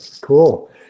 cool